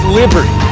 liberty